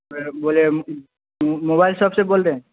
mobile shop سے بول رہے ہیں